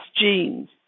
genes